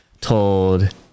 told